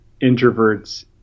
introverts